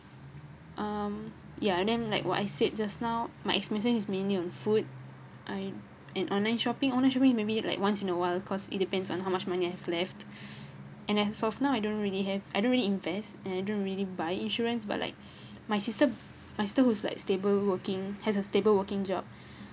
um ya and then like what I said just now my expenditure is mainly on food I and online shopping online shopping maybe like once in a while cause it depends on how much money I have left and as of now I don't really have I don't really invest and I don't really buy insurance but like my sister my sister who's like stable working has a stable working job